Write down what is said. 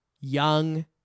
young